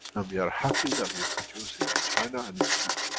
and we are happy that we're producing in china and it's cheap.